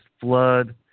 flood